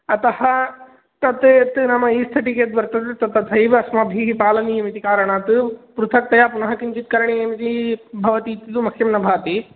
अतः तत् यत् नाम ईस्तेटिक् वर्तते तत् तथैव अस्माभिः पालनीयम् इति कारणात् पृथक्तया पुनः किञ्चित् करणीयम् इति भवति इति तु मह्यं न भाति